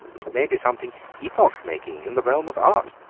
it may be something epoch-making in the realm of art,